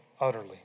utterly